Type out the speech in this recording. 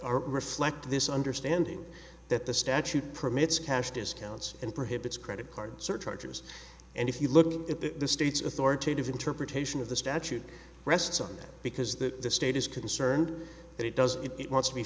are reflected this understanding that the statute permits cash discounts and prohibits credit card surcharges and if you look at the states authoritative interpretation of the statute rests on that because the state is concerned that it does it wants to be